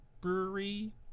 brewery